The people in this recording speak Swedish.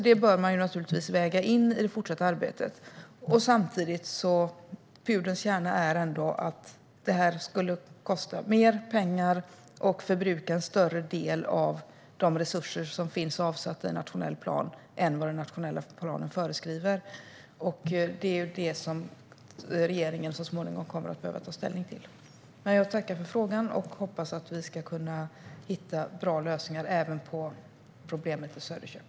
Det bör man naturligtvis väga in i det fortsatta arbetet. Pudelns kärna är ändå att det här skulle kosta mer pengar och förbruka en större del av de resurser som finns avsatta i nationell plan än den nationella planen föreskriver. Det är det som regeringen så småningom kommer att behöva ta ställning till. Men jag tackar för frågan och hoppas att vi ska kunna hitta bra lösningar även på problemet i Söderköping.